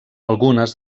algunes